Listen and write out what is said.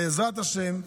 בעזרת השם,